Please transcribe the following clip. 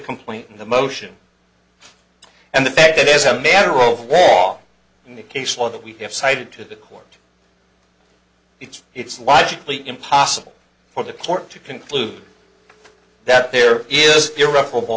complaint in the motion and the fact that as a matter overall in the case law that we have cited to the court it's it's logically impossible for the court to conclude that there is irreparable